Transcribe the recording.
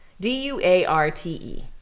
D-U-A-R-T-E